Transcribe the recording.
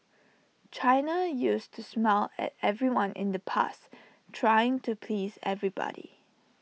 China used to smile at everyone in the past trying to please everybody